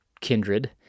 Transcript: kindred